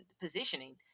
positioning